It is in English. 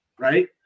right